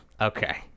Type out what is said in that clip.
okay